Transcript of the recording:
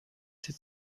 sie